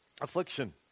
affliction